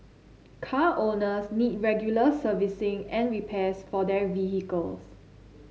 car owners need regular servicing and repairs for their vehicles